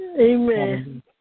Amen